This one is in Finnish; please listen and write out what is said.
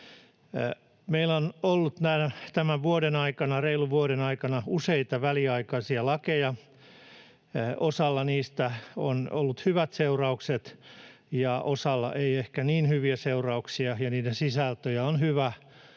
Meillä on ollut tämän reilun vuoden aikana useita väliaikaisia lakeja. Osalla niistä on ollut hyvät seuraukset ja osalla ei ehkä niin hyviä seurauksia, ja niiden sisältöjä on hyvä